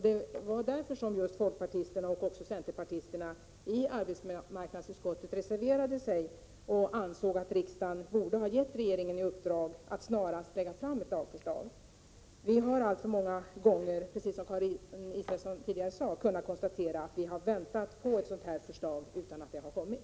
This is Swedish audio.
Det var därför som just folkpartisterna, och även centerpartisterna, i arbetsmarknadsutskottet reserverade sig och ansåg att riksdagen i stället borde ha gett regeringen i uppdrag att snarast lägga fram ett lagförslag. Vi har alltför många gånger, precis som Karin Israelsson tidigare sade, kunnat konstatera att förslag som väntats inte har kommit.